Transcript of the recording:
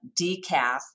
decaf